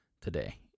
today